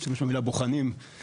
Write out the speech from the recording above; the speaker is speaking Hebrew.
שאנחנו בוחנים אבל